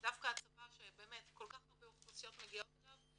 דווקא הצבא שבאמת כל כך הרבה אוכלוסיות מגיעות אליו,